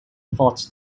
thought